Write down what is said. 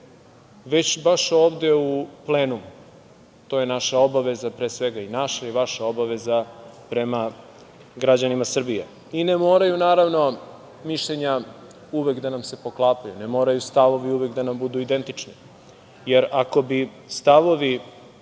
već baš ovde u plenumu. To je naša obaveza, pre svega, i naša i vaša obaveza prema građanima Srbije. I ne moraju naravno, mišljenja uvek da nam se poklapaju, ne moraju stavovi uvek da nam budu identični, jer ako bi stavovi